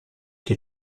che